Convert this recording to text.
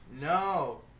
No